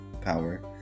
power